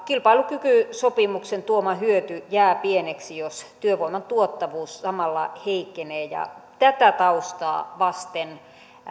kilpailukykysopimuksen tuoma hyöty jää pieneksi jos työvoiman tuottavuus samalla heikkenee tätä taustaa vasten